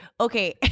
Okay